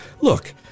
Look